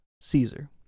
Caesar